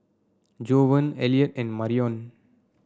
Jovan Elliot and Marion